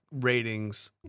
ratings